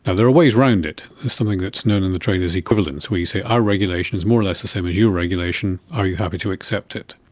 and there are ways around it. there's something that is known in the trade as equivalence, where you say our regulation is more or less the same as your regulation, are you happy to accept it?